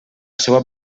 seua